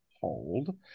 hold